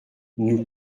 nous